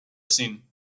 seen